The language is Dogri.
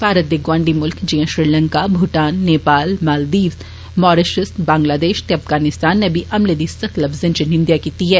भारत दे गोआंढी मुल्ख जियां श्रीलंका भूटान नेपाल मालद्वीप मारीषस बंग्लादेष ते अफगानिस्तान ने बी हमले दी सख्त निंदेआ कीती ऐ